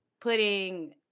putting